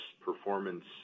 performance